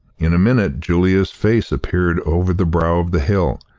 in a minute, julia's face appeared over the brow of the hill.